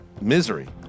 misery